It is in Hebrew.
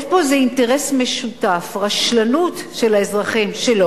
יש פה איזה אינטרס משותף: רשלנות של האזרחים שלא